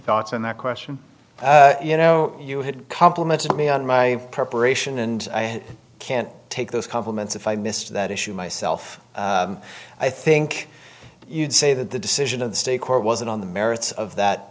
thoughts on that question you know you had complimented me on my preparation and i can't take those compliments if i missed that issue myself i think you'd say that the decision of the state court wasn't on the merits of that